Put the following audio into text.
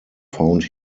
found